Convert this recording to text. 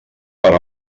per